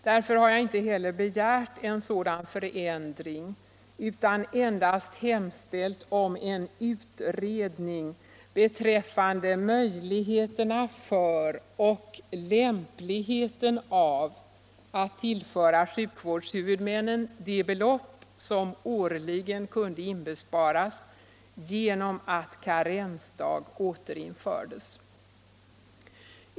Därför har jag inte heller begärt en sådan förändring utan endast hemställt om en utredning beträffande möjligheterna för och lämpligheten av att tillföra sjukvårdshuvudmännen de belopp som årligen skulle kunna inbesparas genom att karensdag återinfördes.